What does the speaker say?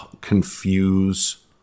confuse